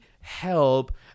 help